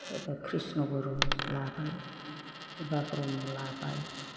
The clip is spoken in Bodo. सोरबा कृष्ण' गुरु लाबाय सोरबा ब्रह्म लाबाय